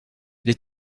les